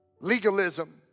Legalism